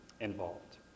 involved